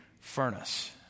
furnace